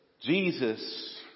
Jesus